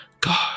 God